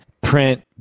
print